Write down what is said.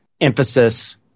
emphasis